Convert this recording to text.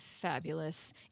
fabulous